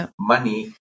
money